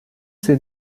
ces